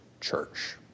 church